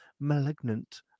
malignant